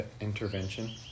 intervention